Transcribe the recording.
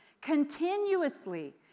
continuously